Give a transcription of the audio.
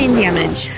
damage